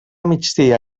migdia